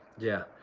yeah,